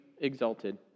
exalted